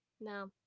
No